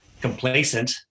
complacent